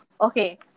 Okay